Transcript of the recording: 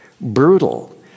brutal